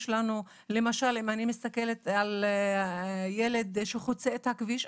למשל אם אני מסתכלת על ילד שחוצה את הכביש,